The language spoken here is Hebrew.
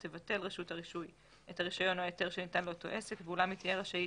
תבטל רשות הרישוי את הרישיון שניתן לאותו העסק ואולם היא תהיה רשאית